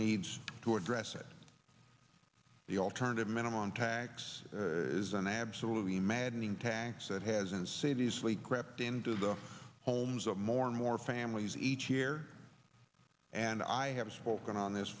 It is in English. needs to address it the alternative minimum tax is an absolutely maddening tax and has and see these sleep crept into the homes of more and more families each year and i have spoken on this